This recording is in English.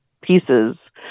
pieces